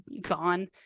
gone